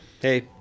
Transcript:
Hey